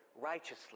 righteously